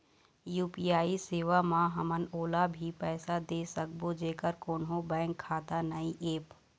UPI सेवा म हमन ओला भी पैसा दे सकबो जेकर कोन्हो बैंक खाता नई ऐप?